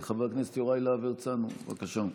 חבר הכנסת יוראי להב הרצנו, בבקשה.